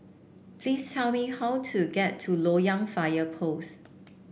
please tell me how to get to Loyang Fire Post